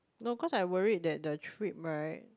no cause I worried that the trip [right]